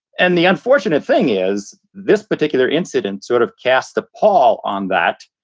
and the unfortunate thing is this particular incident sort of cast a pall on that.